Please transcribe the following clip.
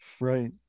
right